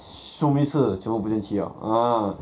一次全部不见去 liao ah